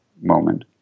moment